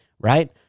right